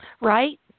Right